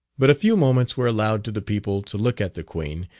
but a few moments were allowed to the people to look at the queen,